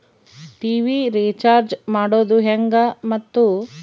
TV recharge ಮಾಡೋದು ಹೆಂಗ ಮತ್ತು?